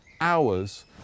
hours